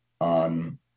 on